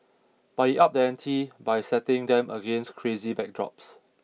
but he up the ante by setting them against crazy backdrops